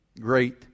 great